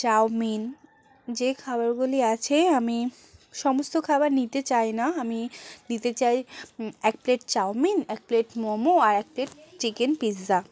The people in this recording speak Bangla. চাউমিন যে খাবারগুলি আছে আমি সমস্ত খাবার নিতে চাই না আমি নিতে চাই এক প্লেট চাউমিন এক প্লেট মোমো আর এক প্লেট চিকেন পিৎজা